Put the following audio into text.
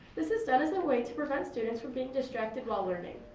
this is done as a way to prevent students from being distracted while learning.